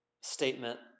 statement